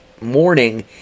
morning